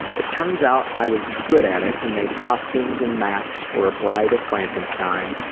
it turns out i was good at it and made costumes and masks for a bride of frankenstein,